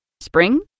Spring